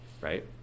right